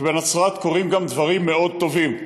כי בנצרת-עילית קורים גם דברים מאוד טובים.